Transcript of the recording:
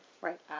right